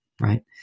right